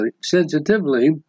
sensitively